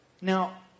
Now